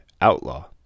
Outlaw